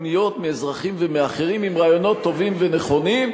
פניות מאזרחים ומאחרים עם רעיונות טובים ונכונים,